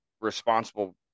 responsible